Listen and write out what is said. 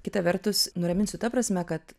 kita vertus nuraminsiu ta prasme kad